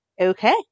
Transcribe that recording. okay